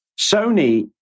Sony